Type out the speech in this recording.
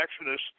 Exodus